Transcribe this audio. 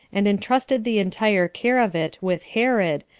and intrusted the entire care of it with herod,